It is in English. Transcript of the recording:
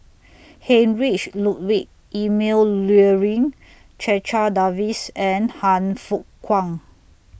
Heinrich Ludwig Emil Luering Checha Davies and Han Fook Kwang